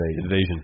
invasion